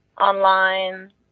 online